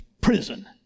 prison